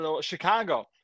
Chicago